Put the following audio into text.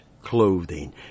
clothing